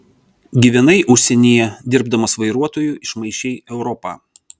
gyvenai užsienyje dirbdamas vairuotoju išmaišei europą